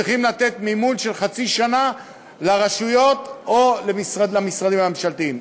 צריכים לתת מימון של חצי שנה לרשויות או למשרדים הממשלתיים.